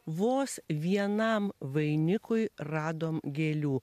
vos vienam vainikui radom gėlių